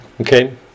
Okay